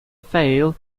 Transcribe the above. fail